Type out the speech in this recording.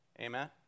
Amen